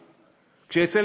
כשיצא,